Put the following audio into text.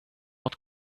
what